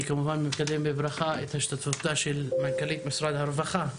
אני מקדם בברכה את השתתפותה של מנכ"לית משרד הרווחה,